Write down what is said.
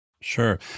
Sure